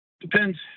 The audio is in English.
Depends